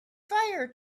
fire